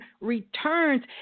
returns